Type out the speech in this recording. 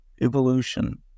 evolution